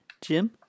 Jim